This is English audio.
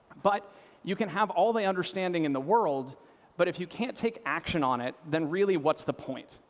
but you can have all the understanding in the world but if you can't take action on it, then really what's the point?